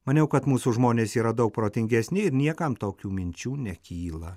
maniau kad mūsų žmonės yra daug protingesni ir niekam tokių minčių nekyla